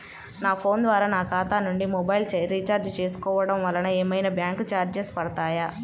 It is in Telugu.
నా ఫోన్ ద్వారా నా ఖాతా నుండి మొబైల్ రీఛార్జ్ చేసుకోవటం వలన ఏమైనా బ్యాంకు చార్జెస్ పడతాయా?